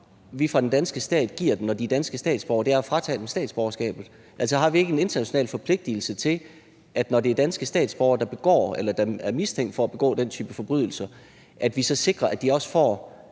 mod menneskeheden, når de er danske statsborgere, er at fratage dem statsborgerskabet? Altså, har vi ikke en international forpligtigelse til, at når det er danske statsborgere, der begår eller er mistænkt for at begå den type forbrydelser, så sikrer vi, at de også får